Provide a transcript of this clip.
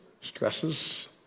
stresses